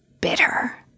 bitter